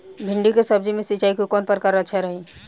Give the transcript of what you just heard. भिंडी के सब्जी मे सिचाई के कौन प्रकार अच्छा रही?